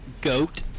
goat